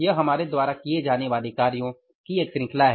यह हमारे द्वारा किए जाने वाले कार्यों की एक श्रृंखला है